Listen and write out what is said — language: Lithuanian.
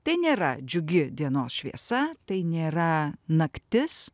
tai nėra džiugi dienos šviesa tai nėra naktis